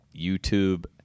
YouTube